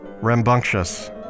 rambunctious